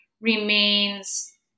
remains